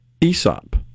Aesop